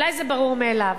אולי זה ברור מאליו,